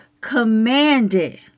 commanded